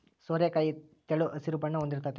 ಸೋರೆಕಾಯಿ ತೆಳು ಹಸಿರು ಬಣ್ಣ ಹೊಂದಿರ್ತತೆ